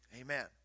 Amen